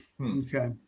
Okay